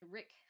Rick